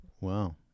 Wow